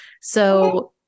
So-